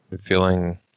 Feeling